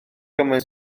gymaint